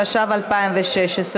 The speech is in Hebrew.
התשע"ו 2016,